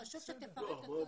חשוב שתפרט.